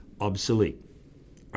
obsolete